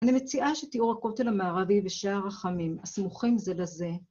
אני מציעה שתיאור הכותל המערבי ןשער הרחמים, הסמוכים זה לזה...